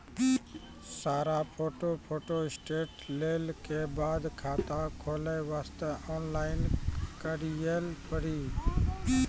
सारा photo photostat लेल के बाद खाता खोले वास्ते ऑनलाइन करिल पड़ी?